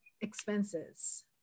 expenses